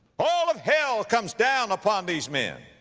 all of hell comes down upon these men.